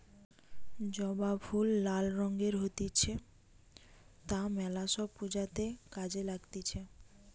জবা ফুল লাল রঙের হতিছে তা মেলা সব পূজাতে কাজে লাগতিছে